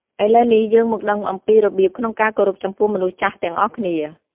ឥឡូវនេះ យើងមកដឹងអំពីរបៀបក្នុងការគោរពចំពោះមនុស្សចាស់ទាំងអស់គ្នា។